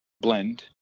blend